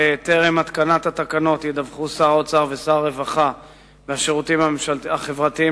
בטרם התקנת התקנות ידווחו שר האוצר ושר הרווחה והשירותים החברתיים